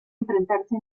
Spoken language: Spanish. enfrentarse